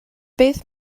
beth